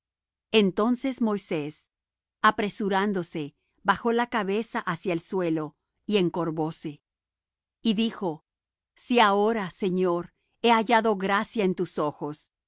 entonces moisés apresurándose bajó la cabeza hacia el suelo y encorvóse y dijo si ahora señor he hallado gracia en tus ojos